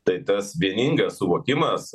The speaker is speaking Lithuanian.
tai tas vieningas suvokimas